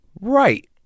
Right